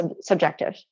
subjective